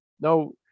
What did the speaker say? No